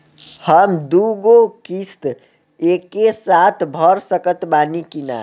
हम दु गो किश्त एके साथ भर सकत बानी की ना?